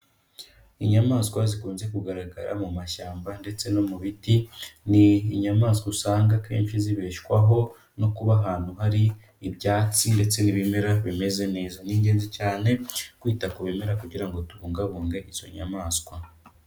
Inyamaswa zikunze kugaragara mu mashyamba ndetse no mu biti, ni inyamaswa usanga akenshi zibeshwaho no kuba ahantu hari ibyatsi ndetse n'ibimera bimeze neza. Nigenzi cyane kwita ku bimera kugira ngo tubungabunge izo nyamaswa.